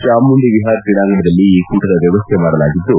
ಚಾಮಂಡಿ ವಿಹಾರ್ ಕ್ರೀಡಾಂಗಣದಲ್ಲಿ ಈ ಕೂಟದ ವ್ಯವಸ್ಥೆ ಮಾಡಲಾಗಿದ್ದು